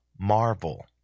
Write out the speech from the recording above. marvel